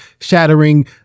shattering